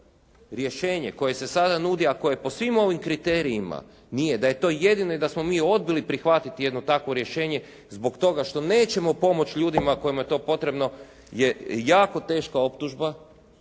rješenje koje se sada nudi, a koje je po svim ovim kriterijima nije, da je to jedino i da smo mi odbili prihvatiti jedno takvo rješenje zbog toga što nećemo pomoći ljudima kojima je to potrebno je jako teška optužba